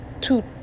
two